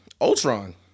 Ultron